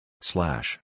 slash